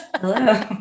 Hello